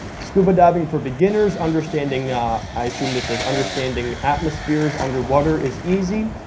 scuba diving for beginners, understanding i assume this is understanding atmospheres underwater is easy.